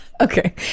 Okay